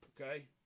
okay